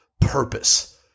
purpose